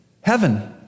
heaven